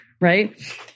Right